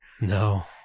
No